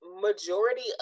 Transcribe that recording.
majority